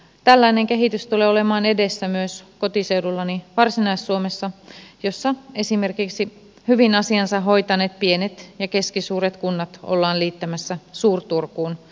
tällainen kehitys tulee olemaan edessä myös kotiseudullani varsinais suomessa jossa esimerkiksi hyvin asiansa hoitaneet pienet ja keskisuuret kunnat ollaan liittämässä suur turkuun